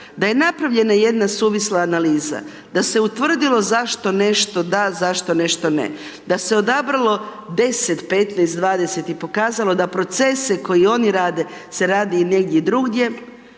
da je napravljena jedna suvisla analiza, da se utvrdilo zašto nešto da, zašto nešto ne, da se odabralo 10, 15, 20 i pokazalo da procese koji oni rade se radi i negdje drugdje